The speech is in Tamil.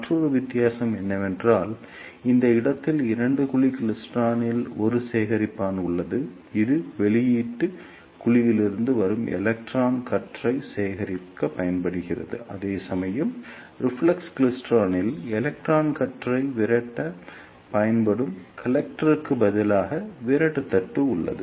மற்றொரு வித்தியாசம் என்னவென்றால் இந்த இடத்தில் இரண்டு குழி கிளைஸ்டிரானில் ஒரு சேகரிப்பான் உள்ளது இது வெளியீட்டு குழியிலிருந்து வரும் எலக்ட்ரான் கற்றை சேகரிக்கப் பயன்படுகிறது அதேசமயம் ரிஃப்ளெக்ஸ் கிளைஸ்ட்ரானில் எலக்ட்ரான் கற்றை விரட்ட பயன்படும் கலெக்டருக்கு பதிலாக விரட்டு தட்டு உள்ளது